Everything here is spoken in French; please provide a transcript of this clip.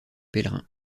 pèlerins